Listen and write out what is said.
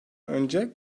önce